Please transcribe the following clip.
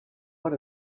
what